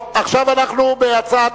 אנחנו בהצעת